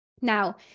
Now